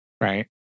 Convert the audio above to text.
right